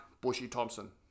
Bushy-Thompson